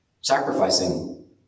Sacrificing